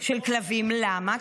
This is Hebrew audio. של כלבים, למה?